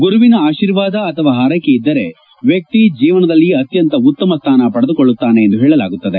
ಗುರುವಿನ ಆಶೀರ್ವಾದ ಅಥವಾ ಹಾರ್ಲೆಕೆ ಇದ್ದರೆ ವ್ಯಕ್ತಿ ಜೀವನದಲ್ಲಿ ಅತ್ಯಂತ ಉತ್ತಮ ಸ್ಥಾನ ಪಡೆದುಕೊಳ್ಳುತ್ತಾನೆ ಎಂದು ಹೇಳಲಾಗುತ್ತದೆ